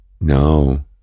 No